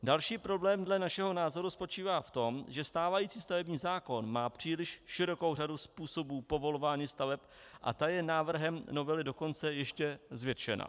Další problém dle našeho názoru spočívá v tom, že stávající stavební zákon má příliš širokou řadu způsobů povolování staveb, a ta je návrhem novely dokonce ještě zvětšena.